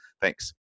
thanks